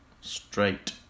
straight